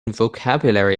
vocabulary